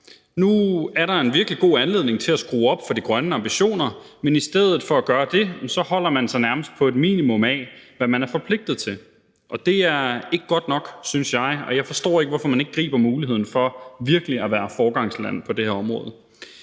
Nu er der en virkelig god anledning til at skrue op for de grønne ambitioner, men i stedet for at gøre det holder man sig nærmest på et minimum af, hvad man er forpligtet til, og det er ikke godt nok, synes jeg, og jeg forstår ikke, hvorfor man ikke griber muligheden for virkelig at være foregangsland på det her område.